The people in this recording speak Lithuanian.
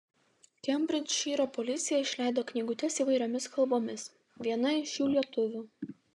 kembridžšyro policija išleido knygutes įvairiomis kalbomis viena iš jų lietuvių